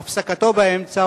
את הפסקתו באמצע,